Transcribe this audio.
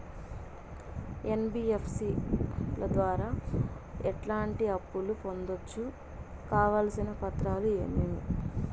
NBFC ల ద్వారా ఎట్లాంటి అప్పులు పొందొచ్చు? కావాల్సిన పత్రాలు ఏమేమి?